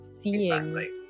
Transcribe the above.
seeing